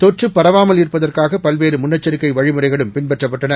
தொற்றுபரவாமல்இருப்பதற்காகபல்வேறுமுன்னெச்சரிக் கைவழிமுறைகளும்பின்பற்றப்பட்டன